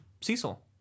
Cecil